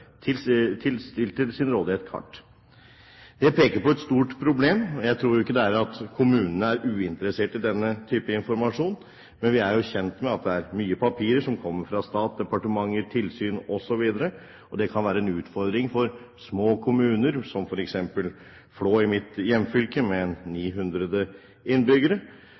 sin rådighet. Det peker på et stort problem. Jeg tror ikke det er at kommunene er uinteresserte i denne type informasjon, men vi er jo kjent med at det er mye papirer som kommer fra stat, departementer, tilsyn osv., og det kan være en utfordring for små kommuner, som f.eks. Flå i mitt hjemfylke, med